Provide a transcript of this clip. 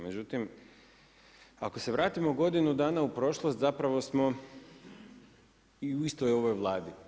Međutim, ako se vrtimo godinu dana u prošlost, zapravo smo u istoj ovoj Vladi.